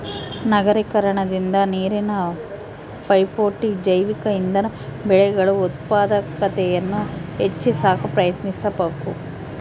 ನಗರೀಕರಣದಿಂದ ನೀರಿನ ಪೈಪೋಟಿ ಜೈವಿಕ ಇಂಧನ ಬೆಳೆಗಳು ಉತ್ಪಾದಕತೆಯನ್ನು ಹೆಚ್ಚಿ ಸಾಕ ಪ್ರಯತ್ನಿಸಬಕು